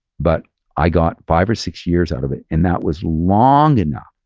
but i got five or six years out of it. and that was long enough,